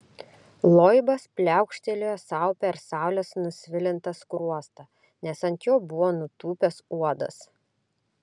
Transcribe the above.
loibas pliaukštelėjo sau per saulės nusvilintą skruostą nes ant jo buvo nutūpęs uodas